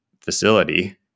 facility